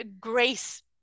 grace